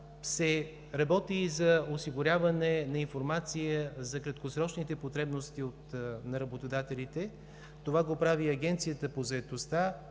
се работи и за осигуряване на информация за краткосрочните потребности на работодателите. Това го прави Агенцията по заетостта